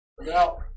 Now